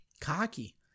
cocky